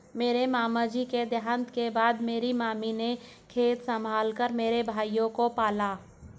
मेरे मामा जी के देहांत के बाद मेरी मामी ने खेत संभाल कर मेरे भाइयों को पाला